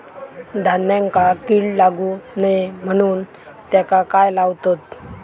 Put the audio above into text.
धान्यांका कीड लागू नये म्हणून त्याका काय लावतत?